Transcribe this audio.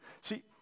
See